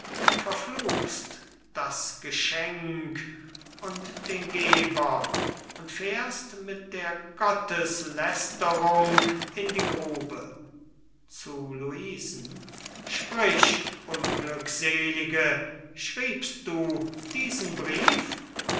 verfluchst das geschenk und den geber und fährst mit der gotteslästerung in die grube zu luisen sprich unglückselige schriebst du diesen brief